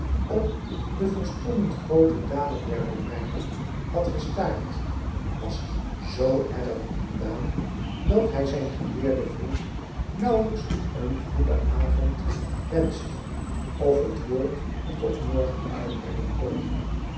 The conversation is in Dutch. op de verstommend groote daden der romeinen had gestaard was zoo erg ontdaan dat hij zijn geleerden vriend nauwelijks een goeden avond wenschen of het woord tot morgen uitbrengen kon